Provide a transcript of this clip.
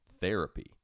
therapy